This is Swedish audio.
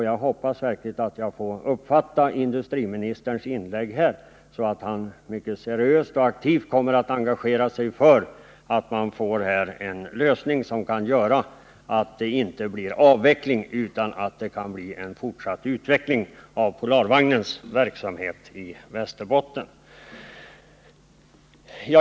Jag hoppas verkligen att jag får uppfatta industriministerns inlägg här så, att han mycket seriöst och aktivt kommer att engagera sig för att få en lösning som kan göra att det inte blir avveckling utan att det kan bli fortsatt utveckling av Polarvagnens verksamhet i Västerbotten.